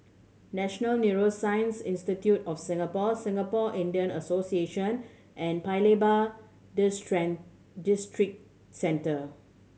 National Neuroscience Institute of Singapore Singapore Indian Association and Paya Lebar Districentre